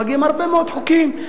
ומגיעים הרבה מאוד חוקים,